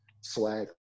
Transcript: swag